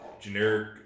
generic